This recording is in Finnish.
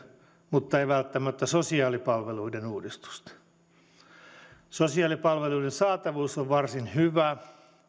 mutta ei välttämättä sosiaalipalveluiden uudistusta sosiaalipalveluiden saatavuus on varsin hyvä